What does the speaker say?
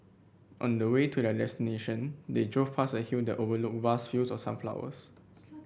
on the way to their destination they drove past a hill that overlooked vast fields of sunflowers